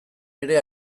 ere